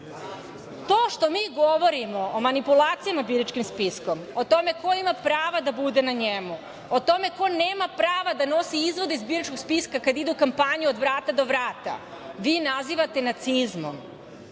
što mi govorimo o manipulacijama biračkim spiskom, o tome ko ima prava da bude na njemu, o tome ko nema prava da nosi izvode iz biračkog spiska kada ide u kampanju od vrata do vrata, vi nazivate nacizmom